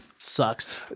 sucks